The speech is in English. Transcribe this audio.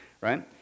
right